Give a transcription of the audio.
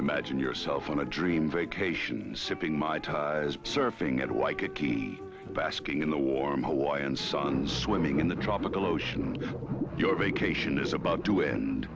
imagine yourself on a dream vacation sipping my ties surfing at waikiki basking in the warm hawaiian sun swimming in the tropical ocean your vacation is about to end